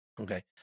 Okay